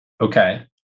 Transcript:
Okay